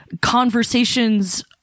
conversations